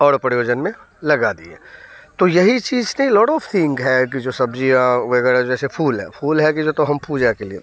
और प्रयोजन में लगा दिए तो यही चीज़ थी लॉट ऑफ थिंग है कि जो सब्ज़ियाँ वग़ैरह जैसे फूल है फूल है कि तो हम पूजा के लिए